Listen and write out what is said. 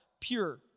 pure